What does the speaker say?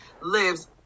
lives